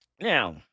Now